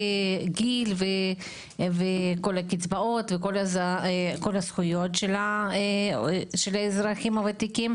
גיל וכל הקצבאות וכל הזכויות של האזרחים הוותיקים,